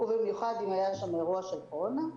ובמיוחד אם היה שם אירוע של קורונה,